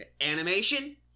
animation